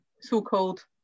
so-called